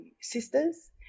sisters